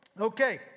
Okay